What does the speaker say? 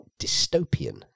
dystopian